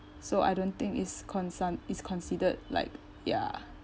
so I don't think is consun~ is considered like ya